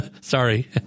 Sorry